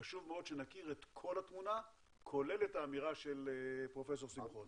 חשוב מאוד שנכיר את כל התמונה כולל את האמירה של פרופ' שמחון.